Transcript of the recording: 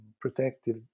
protective